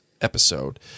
episode